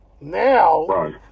now